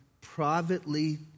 privately